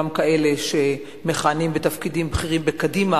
גם כאלה שמכהנים בתפקידים בכירים בקדימה